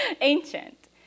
ancient